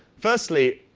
firstly,